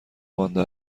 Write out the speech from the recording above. مانده